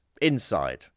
inside